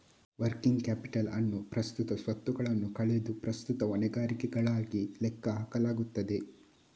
working capital ಅನ್ನು ಪ್ರಸ್ತುತ ಸ್ವತ್ತುಗಳನ್ನು ಕಳೆದು ಪ್ರಸ್ತುತ ಹೊಣೆಗಾರಿಕೆಗಳಾಗಿ ಲೆಕ್ಕ ಹಾಕಲಾಗುತ್ತದೆ